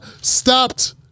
stopped